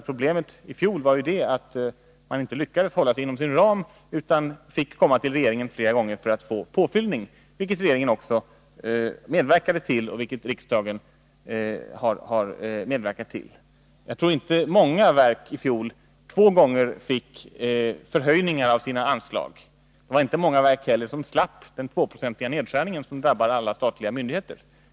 Problemet i fjol var ju att man inte lyckades hålla sig inom sin ram utan fick komma till regeringen flera gånger för att få påfyllning, vilket regeringen och riksdagen också medverkade till. Jag tror inte att många verk i fjol två gånger fick förhöjningar av sina anslag. Det var inte heller många verk som slapp den 2-procentiga nedskärning som drabbade alla statliga myndigheter.